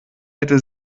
hätte